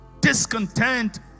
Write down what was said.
Discontent